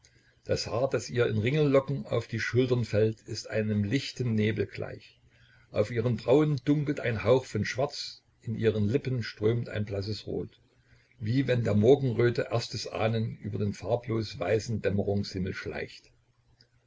das haar das ihr in ringellocken auf die schultern fällt ist einem lichten nebel gleich auf ihren brauen dunkelt ein hauch von schwarz in ihre lippen strömt ein blasses rot wie wenn der morgenröte erstes ahnen über den farblos weißen dämmerungshimmel schleicht